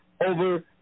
over